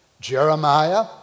Jeremiah